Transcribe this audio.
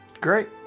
Great